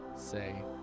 Say